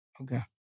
Okay